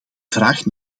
vraag